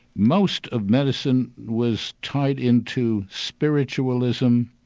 most of medicine was tied into spiritualism,